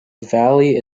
valley